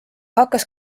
hakkas